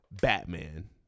Batman